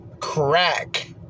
crack